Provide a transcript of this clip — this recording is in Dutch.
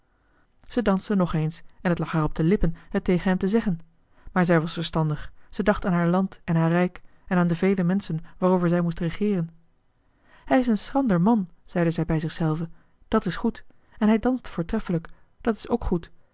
zij dansten nog eens en het lag haar op de lippen het tegen hem te zeggen maar zij was verstandig zij dacht aan haar land en haar rijk en aan de vele menschen waarover zij moest regeeren hij is een schrander man zeide zij bij zich zelve dat is goed en hij danst voortreffelijk dat is ook goed